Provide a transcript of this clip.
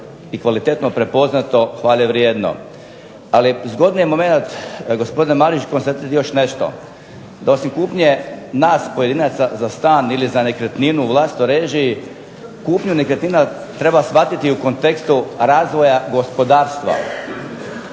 i kvalitetno prepoznato hvale vrijedno. Ali je zgodni momenat konstatirati gospodine Marić još nešto, da osim kupnje nas pojedinca za stan ili za nekretninu u vlastitoj režiji, kupnju nekretnina treba shvatiti u kontekstu razvoja gospodarstva.